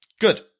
Good